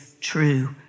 true